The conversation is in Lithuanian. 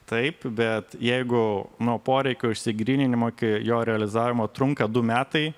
taip bet jeigu nuo poreikių išsigryninimo iki jo realizavimo trunka du metai